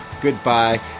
Goodbye